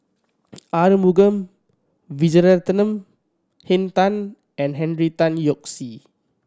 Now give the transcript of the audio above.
Arumugam Vijiaratnam Henn Tan and Henry Tan Yoke See